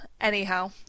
Anyhow